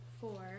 four